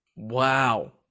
Wow